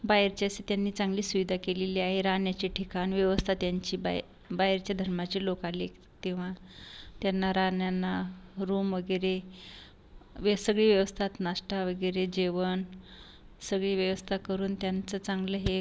बाहेरच्यास त्यांनी चांगली सुविधा केलेली आहे राहण्याचे ठिकाण व्यवस्था त्यांची बाए बाहेरच्या धर्माचे लोक आले तेव्हा त्यांना राहण्याना रूम वगैरे व्य सगळी व्यवस्था नाश्टा वगैरे जेवण सगळी व्यवस्था करून त्यांचं चांगलं हे